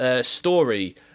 story